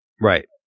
Right